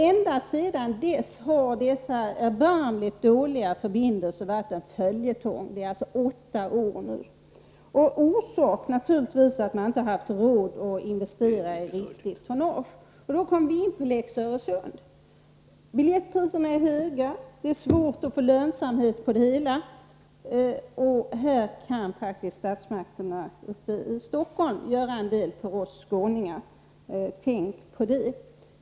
Ända sedan dess har de erbarmligt dåliga förbindelserna varit en följetong. Det är alltså i åtta år nu. Orsaken är naturligtvis att man inte har haft råd att investera i riktigt tonnage. Då kommer vi in på lex Öresund. Biljettpriserna är höga, och det är svårt att få verksamheten lönsam. Här kan faktiskt statsmakterna uppe i Stockholm göra en del för oss skåningar. Tänk på det!